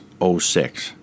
06